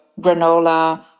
granola